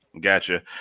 Gotcha